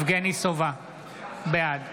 בעד